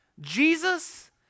Jesus